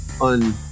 on